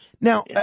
Now